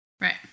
Right